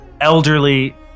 elderly